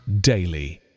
daily